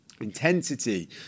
intensity